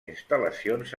instal·lacions